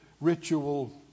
ritual